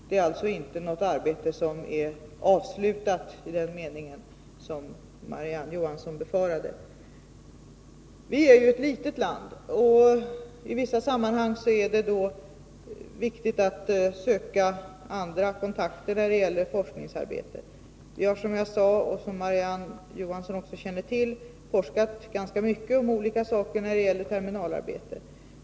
Det är alltså inget arbete som är avslutat i den mening som Marie-Ann Johansson befarade. Sverige är ett litet land. I vissa sammanhang är det viktigt att söka andra kontakter när det gäller forskningsarbete. Som jag sade och som Marie-Ann Johansson känner till har vi forskat ganska mycket om olika saker beträffande terminalarbete.